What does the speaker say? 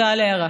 תודה על ההערה.